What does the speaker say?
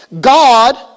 God